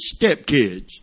stepkids